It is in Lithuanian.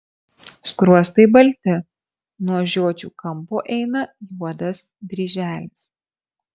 skruostai balti nuo žiočių kampo eina juodas dryželis